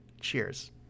Cheers